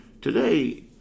Today